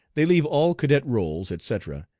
they leave all cadet roles, etc,